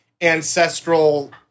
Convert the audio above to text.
ancestral